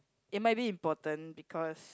it might be important because